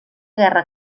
guerra